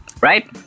right